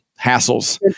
hassles